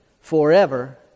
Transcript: forever